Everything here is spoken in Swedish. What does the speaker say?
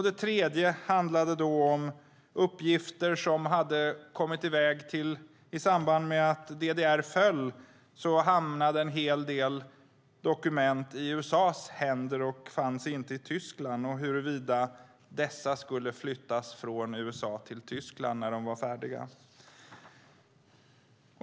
Det tredje handlade om uppgifter som hade kommit i väg - i samband med att DDR föll hamnade en hel del dokument i USA:s händer och fanns inte längre i Tyskland - och om huruvida dessa skulle flyttas från USA till Tyskland när de var färdiga.